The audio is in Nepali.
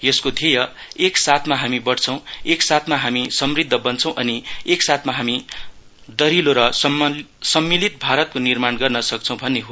यसको ध्येय एक साथमा हामी बढ्छौं एक साथमा हामी समुद्ध बन्छौं अनि एकसाथमा हामी दहिलो र सम्मिलित भारतको निर्माण गर्न सक्छौं भन्ने हो